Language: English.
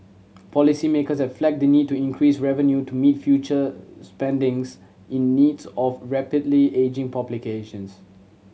policymakers have flagged the need to increase revenue to meet future spending in needs of rapidly ageing